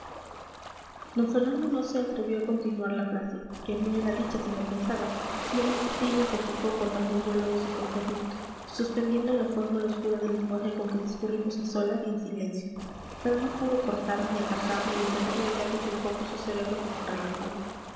fernando no se atrevió a continuar la frase que no era dicha sino pensada y aun así la sofocó cortando el vuelo de su pensamiento suspendiendo la fórmula oscura del lenguaje con que discurrimos a solas y en silencio pero no pudo cortar ni atajar ni detener la idea que surcó por su cerebro como un relámpago